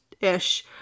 ish